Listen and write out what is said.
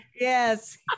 Yes